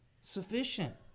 sufficient